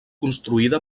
construïda